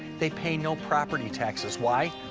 they pay no property taxes why?